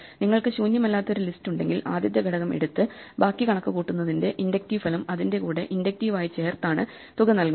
നിങ്ങൾക്ക് ശൂന്യമല്ലാത്ത ഒരു ലിസ്റ്റ് ഉണ്ടെങ്കിൽ ആദ്യത്തെ ഘടകം എടുത്ത് ബാക്കി കണക്കുകൂട്ടുന്നതിന്റെ ഇൻഡക്റ്റീവ് ഫലം അതിന്റെ കൂടെ ഇൻഡക്റ്റീവ് ആയി ചേർത്താണ് തുക നൽകുന്നത്